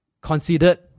considered